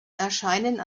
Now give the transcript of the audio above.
erscheinen